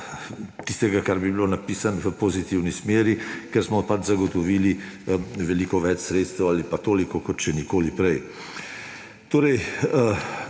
tistega, kar bi bilo napisano v pozitivni smeri, ker smo zagotovili veliko več sredstev ali pa toliko, kot še nikoli prej.